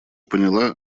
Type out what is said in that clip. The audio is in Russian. поняла